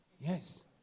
yes